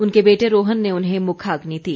उनके बेटे रोहन ने उन्हें मुखाग्नि दी